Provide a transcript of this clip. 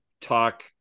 talk